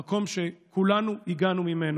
המקום שכולנו הגענו ממנו,